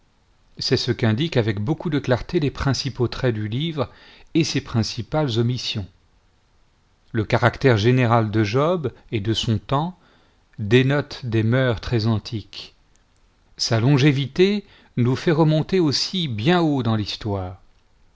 c'est ce qu'indiquent avec beaucoup de clarté les principaux traits du livre et ses principales omissions le caractère général de job et de son temps dénote des mœurs très antiques sa longévité nous fait remonter aussi bien haut dans l'histoire